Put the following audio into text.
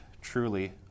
truly